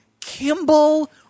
Kimball